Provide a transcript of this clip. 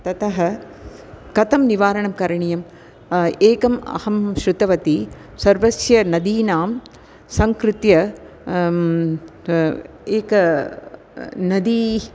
ततः कथं निवारणं करणीयम् एकम् अहं शृतवती सर्वस्य नदीनां सङ्कृत्य एका नदी